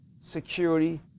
Security